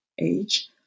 age